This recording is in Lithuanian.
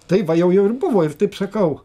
tai va jau jau ir buvo ir taip sakau